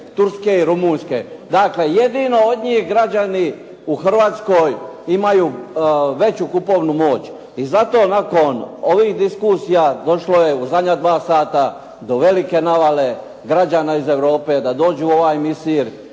Turske i Rumunjske. Dakle, jedino od njih građani u Hrvatskoj imaju veću kupovnu moć. I zato nakon ovih diskusija došlo je u zadnja dva sata do velike navale građana iz Europe da dođu u ovaj misir,